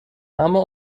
اما